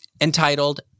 entitled